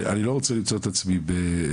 אני לא רוצה למצוא את עצמי בנובמבר